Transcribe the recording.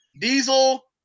Diesel –